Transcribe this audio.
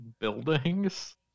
buildings